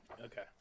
Okay